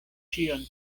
ĉion